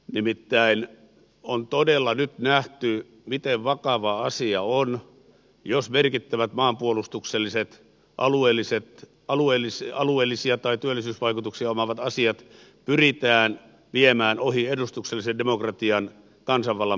nimittäin on todella nyt nähty miten vakava asia on jos merkittävät maanpuolustukselliset alueellisia tai työllisyysvaikutuksia omaavat asiat pyritään viemään ohi edustuksellisen demokratian kansanvallan päätöksenteon